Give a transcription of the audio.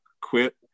quit